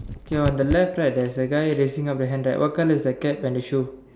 okay on the left right there's the guy raising up the hand right what colour is the cap and the shoe